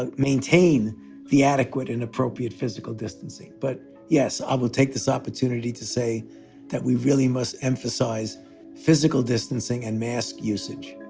ah maintain the adequate and appropriate physical distancing. but yes, i will take this opportunity to say that we really must emphasize physical distancing and mask usage